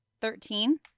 Thirteen